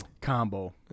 Combo